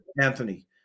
Anthony